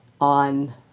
on